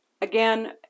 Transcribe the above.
again